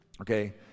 Okay